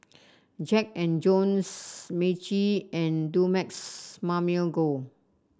Jack And Jones Meiji and Dumex Mamil Gold